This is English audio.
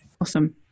Awesome